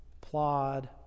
plod